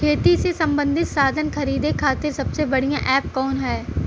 खेती से सबंधित साधन खरीदे खाती सबसे बढ़ियां एप कवन ह?